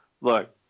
Look